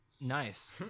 Nice